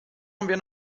haben